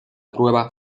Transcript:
prueba